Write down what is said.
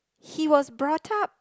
he was brought up